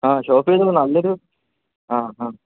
ആ ഷോപ്പ് ചെയ്തപ്പോൾ നല്ലൊരു ആ ആ